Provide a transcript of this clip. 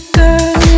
girl